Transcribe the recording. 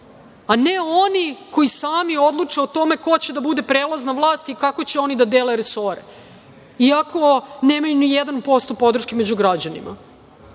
a ne oni koji sami odluče o tome ko će da bude prelazna vlast i kako će oni da dele resore iako nemaju ni jedan posto podrške među građanima. Vi